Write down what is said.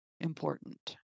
important